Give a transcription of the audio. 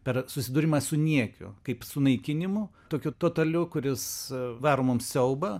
per susidūrimą su niekiu kaip su naikinimu tokiu totaliu kuris varo mums siaubą